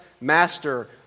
master